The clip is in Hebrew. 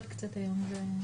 אדוני היושב-ראש,